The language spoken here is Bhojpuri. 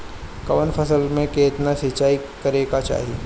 कवन फसल में केतना सिंचाई करेके चाही?